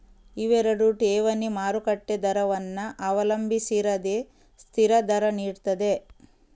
ಇವೆರಡು ಠೇವಣಿ ಮಾರುಕಟ್ಟೆ ದರವನ್ನ ಅವಲಂಬಿಸಿರದೆ ಸ್ಥಿರ ದರ ನೀಡ್ತದೆ